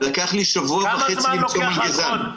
לקח לי שבוע וחצי למצוא מלגזן.